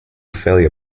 failure